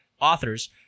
authors